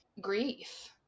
grief